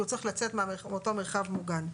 כי הוא צריך לצאת מאותו מרחב מוגן.